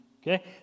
Okay